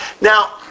Now